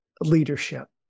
Leadership